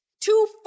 two